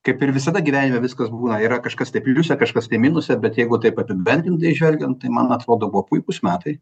kaip ir visada gyvenime viskas būna yra kažkas tai pliuse kažkas tai minuse bet jeigu taip apibendrintai žvelgiant tai man atrodo buvo puikūs metai